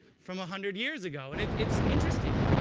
from a hundred years ago, and it's interesting.